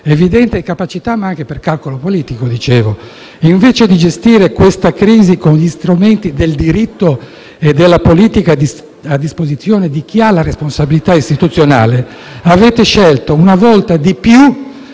un’evidente incapacità ma anche per calcolo politico. Invece di gestire questa crisi con gli strumenti del diritto e della politica a disposizione di chi ha la responsabilità istituzionale, avete scelto una volta di più